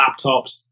laptops